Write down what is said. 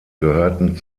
gehörten